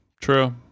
true